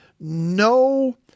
no